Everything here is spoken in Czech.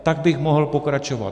Tak bych mohl pokračovat.